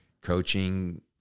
coaching